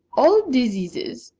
all diseases,